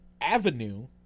Avenue